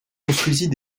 construisit